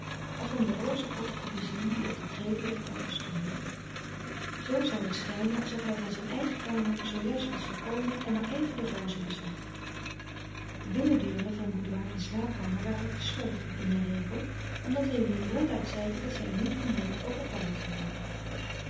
als om de rozen potten te bezien die op de treden der trappen stonden zoo zoû het schijnen alsof hij van zijn eigen kamer zoo juist was gekomen en maar even de rozen bezag de binnendeuren van boudoir en slaapkamer waren gesloten in den regel omdat léonie ronduit zeide dat zij er niet van hield overvallen te worden